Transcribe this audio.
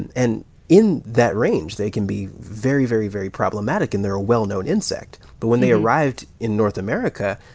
and and in that range, they can be very, very, very problematic and they're a well-known insect. but when they arrived in north america,